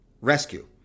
rescue